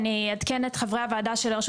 אני אעדכן את חברי הוועדה ואומר שלרשות